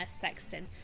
Sexton